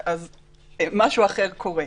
אז משהו אחר קורה.